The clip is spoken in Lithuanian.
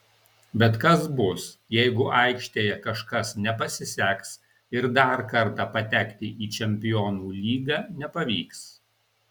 bet kas bus jeigu aikštėje kažkas nepasiseks ir dar kartą patekti į čempionų lygą nepavyks